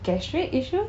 gastric issue